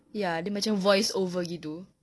ya dia macam voice over gitu